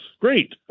great